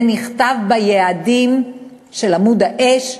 זה נכתב ב"עמודי האש",